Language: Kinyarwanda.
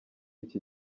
iki